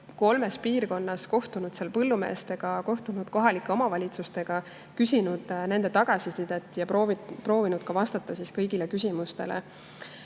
kolmes piirkonnas, kohtunud põllumeestega, kohtunud kohalike omavalitsustega, küsinud nende tagasisidet ja proovinud ka vastata kõigile küsimustele.